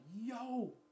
yo